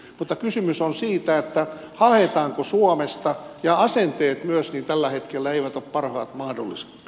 mutta kysymys on siitä haetaanko suomesta ja asenteet myöskään tällä hetkellä eivät ole parhaat mahdolliset